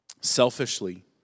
selfishly